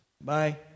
bye